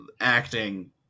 acting